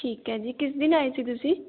ਠੀਕ ਹੈ ਜੀ ਕਿਸ ਦਿਨ ਆਏ ਸੀ ਤੁਸੀਂ